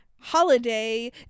holiday